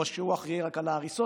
או שהוא אחראי רק להריסות,